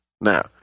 Now